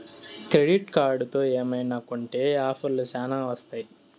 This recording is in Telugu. క్రెడిట్ కార్డుతో ఏమైనా కొంటె ఆఫర్లు శ్యానా వత్తాయి